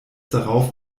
darauf